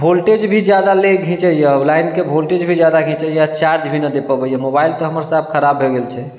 voltage भी जादा ले घिचइए लाइन के वोल्टेज भी जादा घिचइए चार्ज भी नऽ दे पबैए मोबाइल तऽ हमर साफ खराब भए गेल छै